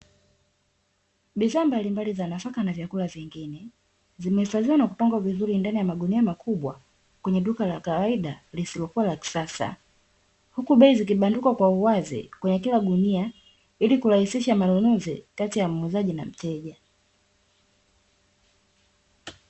Bidhaa mbalimbali za nafaka na vyakula vyengine zimehifadhiwa na kupangwa vizuri ndani ya mgunia makubwa kwenye duka la kawaida lisilokuwa la kisasa, huku bei zikibandikwa kwa uwazi kwenye kila gunia ili kurahisisha manunuzi kati ya muuzaji na mteja.